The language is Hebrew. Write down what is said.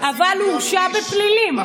אבל הוא הורשע בפלילים.